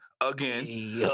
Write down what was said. again